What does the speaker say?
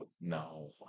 No